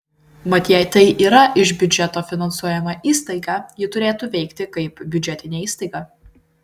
mat jei tai yra iš biudžeto finansuojama įstaiga ji turėtų veikti kaip biudžetinė įstaiga